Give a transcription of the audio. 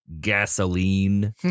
gasoline